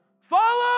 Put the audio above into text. Follow